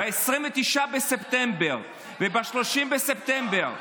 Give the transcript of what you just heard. ב-29 בספטמבר וב-30 בספטמבר,